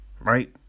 right